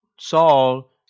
Saul